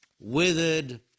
withered